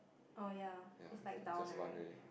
oh ya it's like down right